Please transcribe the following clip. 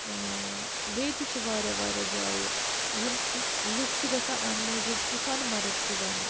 بیٚیہِ تہِ چھِ واریاہ واریاہ جایہِ یِم لُکھ چھِ گژھان اَمہِ موٗجوٗب کہِ سۄنہٕ مَرٕگ چھُ زَنہٕ